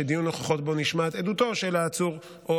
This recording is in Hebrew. שדיון הוכחות שבו נשמעת עדותו של העצור או